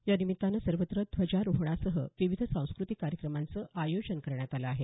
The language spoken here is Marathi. या निमित्तानं सर्वत्र ध्वजारोहणासह विविध सांस्क्रतिक कार्यक्रमांचं आयोजन करण्यात आलं आहे